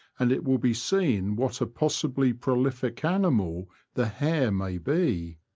and it will be seen what a possibly prolific animal the hare may be.